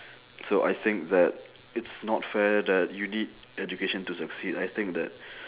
so I think that it's not fair that you need education to succeed I think that